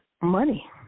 money